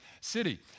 city